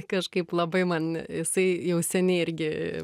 kažkaip labai man jisai jau seniai irgi